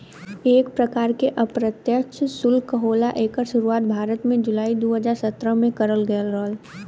एक परकार के अप्रत्यछ सुल्क होला एकर सुरुवात भारत में जुलाई दू हज़ार सत्रह में करल गयल रहल